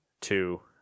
Two